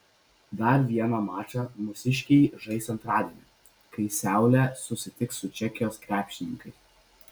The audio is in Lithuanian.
dar vieną mačą mūsiškiai žais antradienį kai seule susitiks su čekijos krepšininkais